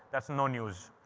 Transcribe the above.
that's no news.